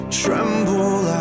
tremble